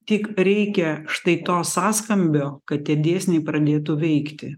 tik reikia štai to sąskambio kad tie dėsniai pradėtų veikti